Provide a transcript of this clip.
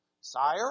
Sire